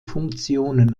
funktionen